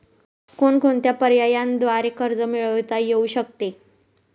कोणकोणत्या पर्यायांद्वारे कर्ज मिळविता येऊ शकते?